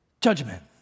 judgment